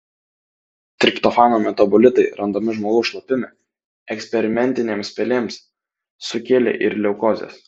triptofano metabolitai randami žmogaus šlapime eksperimentinėms pelėms sukėlė ir leukozes